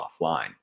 offline